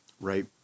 Right